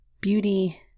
beauty